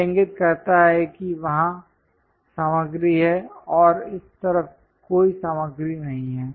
यह इंगित करता है कि वहां सामग्री है और इस तरफ कोई सामग्री नहीं है